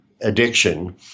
addiction